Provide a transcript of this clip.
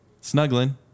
snuggling